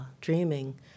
dreaming